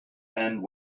and